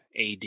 AD